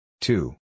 Two